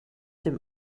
dem